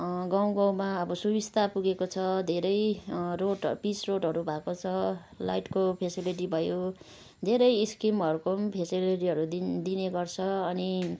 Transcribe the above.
गाउँ गाउँमा अब सुबिस्ता पुगेको छ धेरै रोड पिस रोडहरू भएको छ लाइटको फेसिलिटी भयो धेरै स्किमहरूको पनि फेसिलिटीहरू दिन दिने गर्छ अनि